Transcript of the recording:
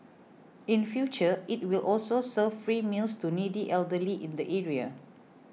in future it will also serve free meals to needy elderly in the area